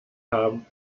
haben